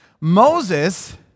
Moses